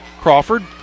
Crawford